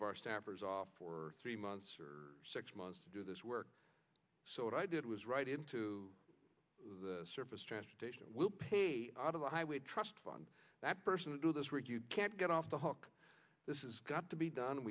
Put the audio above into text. of our staffers off for three months or six months to do this work so what i did was right into the surface transportation will pay out of the highway trust fund that person to do this where you can't get off the hook this is got to be done and